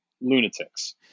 lunatics